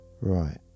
Right